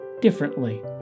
differently